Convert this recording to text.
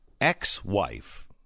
ex-wife